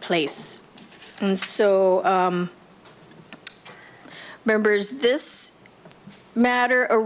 place and so members this matter a